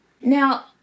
Now